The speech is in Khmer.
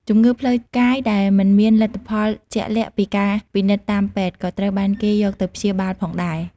ជំងឺផ្លូវកាយដែលមិនមានលទ្ធផលជាក់លាក់ពីការពិនិត្យតាមពេទ្យ ក៏ត្រូវបានគេយកទៅព្យាបាលផងដែរ។